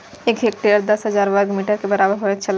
एक हेक्टेयर दस हजार वर्ग मीटर के बराबर होयत छला